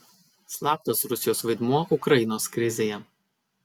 slaptas rusijos vaidmuo ukrainos krizėje